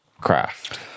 craft